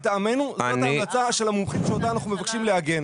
לטעמנו זו ההמלצה של המומחים שאותה אנחנו מבקשים לעגן.